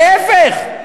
להפך,